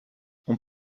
veut